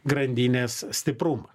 grandinės stiprumą